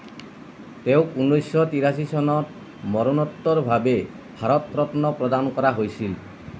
তেওঁক ঊনৈছশ তিৰাশী চনত মৰণোত্তৰভাৱে ভাৰত ৰত্ন প্ৰদান কৰা হৈছিল